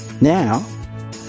Now